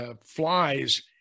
Flies